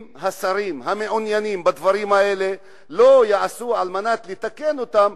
אם השרים המעוניינים בדברים האלה לא יעשו על מנת לתקן אותם,